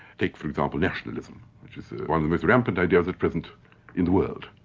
take for example, nationalism, which is one of the most rampant ideas at present in the world,